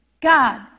god